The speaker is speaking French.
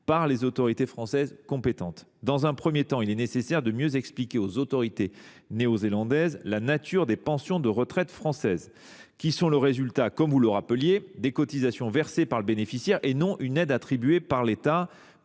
par les autorités françaises compétentes. Dans un premier temps, il est nécessaire de mieux expliquer aux autorités néo-zélandaises la nature des pensions de retraite françaises, qui, comme vous l’avez rappelé, sont le résultat des cotisations versées par le bénéficiaire et non une aide attribuée par l’État,